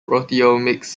proteomics